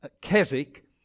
Keswick